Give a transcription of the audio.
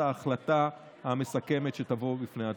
ההחלטה המסכמת שתבוא לפני ההצבעה.